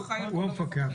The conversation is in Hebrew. הוא המפקח,